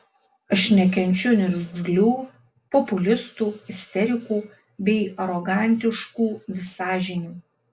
aš nekenčiu niurzglių populistų isterikų bei arogantiškų visažinių